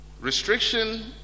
restriction